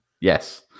Yes